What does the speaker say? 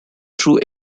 through